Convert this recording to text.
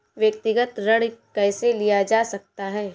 व्यक्तिगत ऋण कैसे लिया जा सकता है?